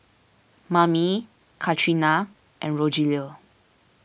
Mame Katrina and Rogelio